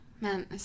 man